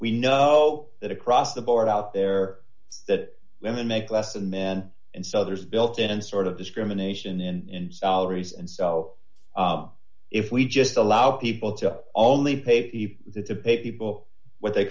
we know that across the board out there that women make less than men and so others built in sort of discrimination in salaries and so if we just allow people to only pay people to pay people what they